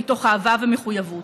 מתוך אהבה ומחויבות.